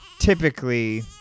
Typically